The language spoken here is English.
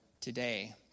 today